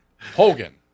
Hogan